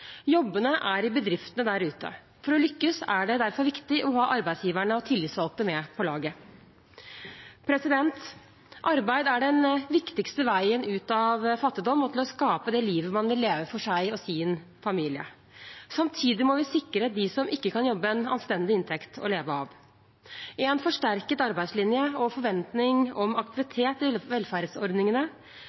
Jobbene er i bedriftene der ute. For å lykkes er det derfor viktig å ha arbeidsgiverne og de tillitsvalgte med på laget. Arbeid er den viktigste veien ut av fattigdom og til å skape det livet man vil leve for seg og sin familie. Samtidig må vi sikre dem som ikke kan jobbe, en anstendig inntekt å leve av. En forsterket arbeidslinje og forventning om aktivitet i velferdsordningene